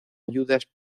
ayudas